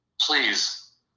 Please